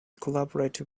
collaborate